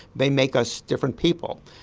they make us different people,